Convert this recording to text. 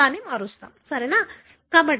మనము దానిని మార్చాము సరియైనదా